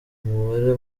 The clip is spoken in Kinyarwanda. umubare